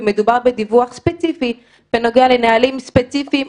ומדובר בדיווח ספציפי בנוגע לנהלים ספציפיים.